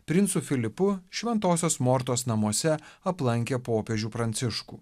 princu filipu šventosios mortos namuose aplankė popiežių pranciškų